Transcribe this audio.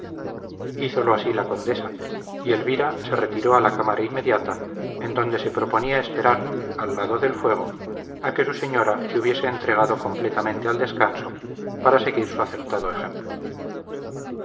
hízolo así la condesa y elvira se retiró a la cámara inmediata en donde se proponía esperar al lado del fuego a que su señora se hubiese entregado completamente al descanso para seguir su acertado ejemplo